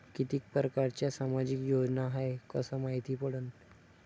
कितीक परकारच्या सामाजिक योजना हाय कस मायती पडन?